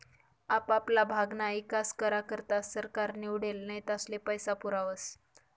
आपापला भागना ईकास करा करता सरकार निवडेल नेतास्ले पैसा पुरावस